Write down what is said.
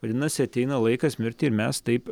vadinasi ateina laikas mirt ir mes taip